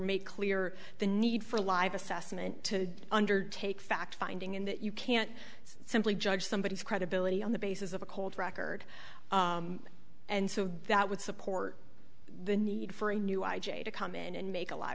made clear the need for live assessment to undertake fact finding in that you can't simply judge somebody is credibility on the basis of a cold record and so that would support the need for a new i j to come in and make a l